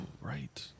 right